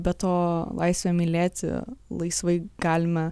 be to laisvę mylėti laisvai galime